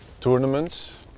tournaments